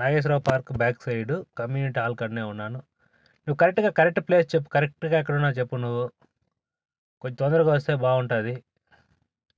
Nageswararao park back side community hall కాడనే ఉన్నాను నువ్వు కరెక్ట్గా కరెక్ట్ ప్లేస్ చెప్పు కరెక్ట్గా ఎక్కడున్నావు చెప్పు నువ్వు కొంచెం తొందరగా వస్తే బాగుంటుంది